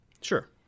Sure